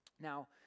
Now